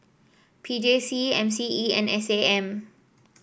P J C M C E and S A M